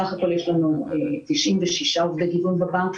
בסך הכול יש לנו 96 עובדי גיוון בבנק.